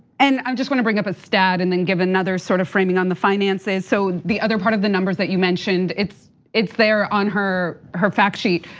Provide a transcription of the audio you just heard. and i'm just gonna bring up a stat and then give another sort of framing on the finances. so, the other part of the numbers that you mentioned, it's it's there on her her fact sheet.